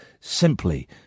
simply